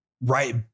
Right